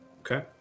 okay